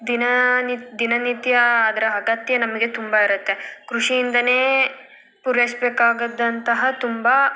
ದಿನಾ ದಿನನಿತ್ಯ ಅದರ ಅಗತ್ಯ ನಮಗೆ ತುಂಬ ಇರುತ್ತೆ ಕೃಷಿಯಿಂದಲೇ ಪೂರೈಸ್ಬೇಕಾದಂತಹ ತುಂಬ